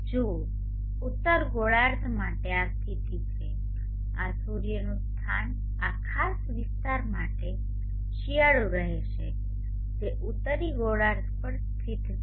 જુઓ ઉત્તર ગોળાર્ધ માટે આ સ્થિતિ છે આ સૂર્યનું સ્થાન આ ખાસ વિસ્તાર માટે શિયાળુ રહેશે જે ઉત્તરી ગોળાર્ધ પર સ્થિત છે